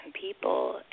people